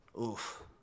Oof